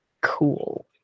cool